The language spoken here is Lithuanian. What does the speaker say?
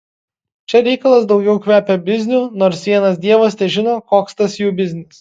čia reikalas daugiau kvepia bizniu nors vienas dievas težino koks tas jų biznis